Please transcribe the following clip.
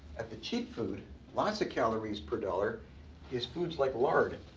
at the cheap food lots of calories per dollar is foods like lard.